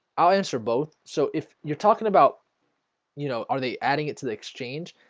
i'll answer both so if you're talking about you know are they adding it to the exchange?